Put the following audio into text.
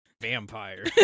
vampire